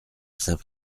saint